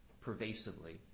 pervasively